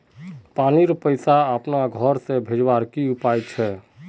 पानीर पैसा अपना घोर से भेजवार की उपाय छे?